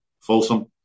Folsom